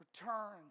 returns